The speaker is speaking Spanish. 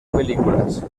películas